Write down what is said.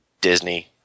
Disney